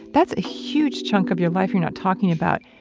that's a huge chunk of your life you're not talking about.